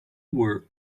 were